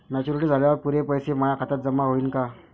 Maturity झाल्यावर पुरे पैसे माया खात्यावर जमा होईन का?